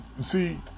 see